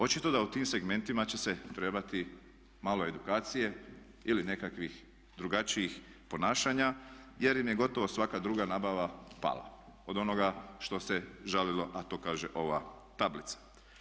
Očito da u tim segmentima će se trebati malo edukacije ili nekakvih drugačijih ponašanja jer im je gotovo svaka druga nabava pala od onoga što se žalilo a to kaže ova tablica.